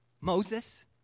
Moses